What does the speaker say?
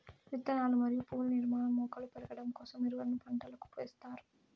విత్తనాలు మరియు పువ్వుల నిర్మాణం, మొగ్గలు పెరగడం కోసం ఎరువులను పంటలకు ఎస్తారు